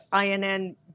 INN